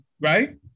right